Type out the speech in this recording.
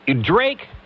Drake